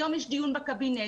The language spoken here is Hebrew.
והיום יש דיון בקבינט.